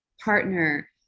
partner